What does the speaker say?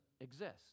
exist